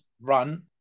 run